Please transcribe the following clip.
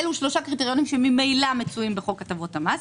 אלה שלושה קריטריונים שממילא מצויים בחוק הטבות המס.